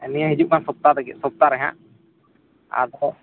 ᱱᱤᱭᱟᱹ ᱦᱤᱡᱩᱜᱠᱟᱱ ᱥᱚᱯᱛᱟᱨᱮᱜᱮ ᱥᱚᱯᱛᱟᱨᱮ ᱦᱟᱜ ᱟᱫᱚ